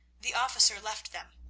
the officer left them.